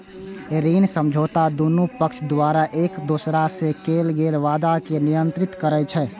ऋण समझौता दुनू पक्ष द्वारा एक दोसरा सं कैल गेल वादा कें नियंत्रित करै छै